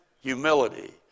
Humility